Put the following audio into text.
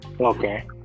Okay